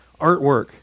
artwork